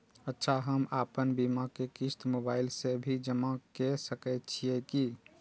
अच्छा हम आपन बीमा के क़िस्त मोबाइल से भी जमा के सकै छीयै की?